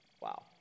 Wow